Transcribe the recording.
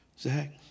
Zach